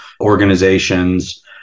organizations